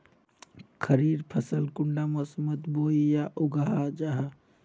खरीफ फसल कुंडा मोसमोत बोई या उगाहा जाहा?